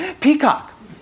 Peacock